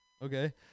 okay